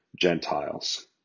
Gentiles